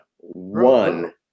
one